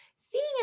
seeing